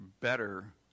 better